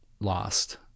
lost